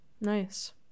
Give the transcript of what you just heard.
Nice